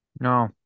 No